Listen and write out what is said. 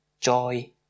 joy